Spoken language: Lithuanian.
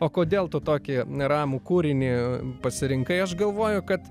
o kodėl tu tokį ramų kūrinį pasirinkai aš galvoju kad